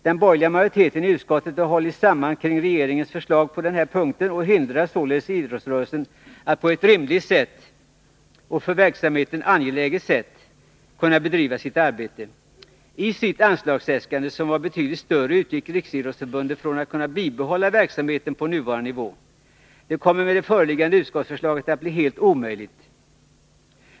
Den borgerliga majoriteten i utskottet har hållit samman kring regeringens förslag på den här punkten och hindrar således idrottsrörelsen att på ett rimligt och för verksamheten angeläget sätt kunna bedriva sitt arbete. I sitt anslagsäskande, som var betydligt större, utgick riksidrottsstyrelsen från att kunna bibehålla verksamheten vid nuvarande omfattning. Det kommer med det föreliggande utskottsförslaget att bli helt omöjligt.